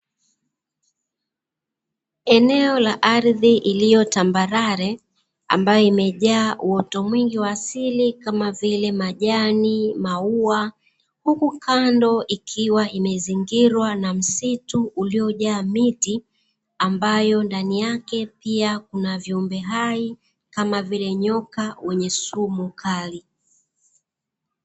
Eneo ka ardhi iliyotambarare ambayo imejaa uoto mwingi wa asili kama vile majani, maua; huku kando ikiwa imezingirwa na msitu uliojaa miti ambayo ndani yake, pia kuna viumbe hai kama vile nyoka wenye sumu kali.